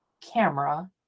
camera